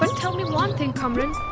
um tell me one thing, kamran.